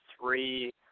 three